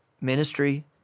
ministry